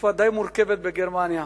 בתקופה די מורכבת בגרמניה.